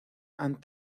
han